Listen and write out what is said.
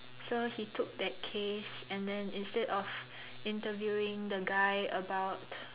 so he took that case and then instead of interviewing the guy about